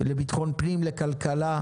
המשרד לביטחון פנים, משרד הכלכלה,